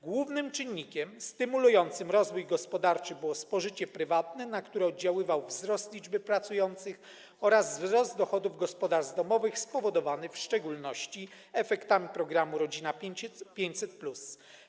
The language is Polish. Głównym czynnikiem stymulującym rozwój gospodarczy było spożycie prywatne, na które oddziaływały wzrost liczby pracujących oraz wzrost dochodów gospodarstw domowych spowodowany w szczególności efektami programu „Rodzina 500+”